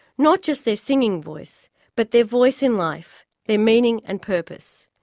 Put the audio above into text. not just their singing voice but their voice in life, their meaning and purpose.